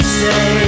say